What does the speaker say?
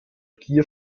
gier